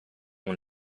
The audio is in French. ont